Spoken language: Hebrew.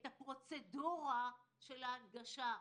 לבחון את הפרוצדורה של ההנגשה,